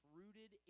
rooted